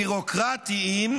ביורוקרטיים,